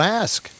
ask